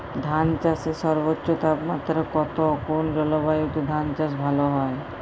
ধান চাষে সর্বোচ্চ তাপমাত্রা কত কোন জলবায়ুতে ধান চাষ ভালো হয়?